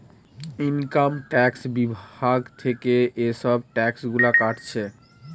income tax বিভাগ থিকে এসব ট্যাক্স গুলা কাটছে